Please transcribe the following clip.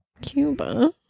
Cuba